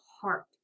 heart